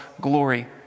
glory